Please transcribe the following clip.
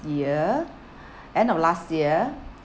year end of last year